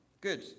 Good